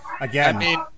Again